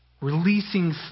releasing